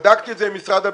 בדקתי את זה עם משרד הביטחון.